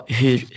hur